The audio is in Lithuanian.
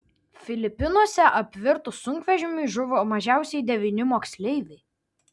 filipinuose apvirtus sunkvežimiui žuvo mažiausiai devyni moksleiviai